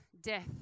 death